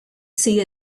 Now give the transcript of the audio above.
see